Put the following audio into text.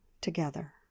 together